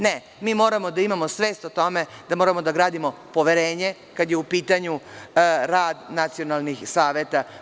Ne, mi moramo da imamo svest o tome da moramo da gradimo poverenje kada je u pitanju rad nacionalnih saveta.